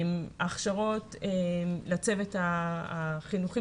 ההכשרות לצוות החינוכי,